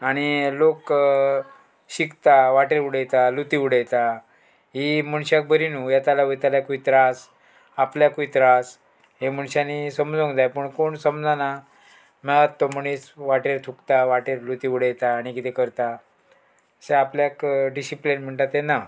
आनी लोक शिकता वाटेर उडयता लुती उडयता ही मनशाक बरी न्हू येताले वयताल्याकूय त्रास आपल्याकूय त्रास हे मनशांनी समजूंक जाय पूण कोण समजना मेळत तो मनीस वाटेर थुकता वाटेर लुती उडयता आनी कितें करता अशें आपल्याक डिसिप्लीन म्हणटा तें ना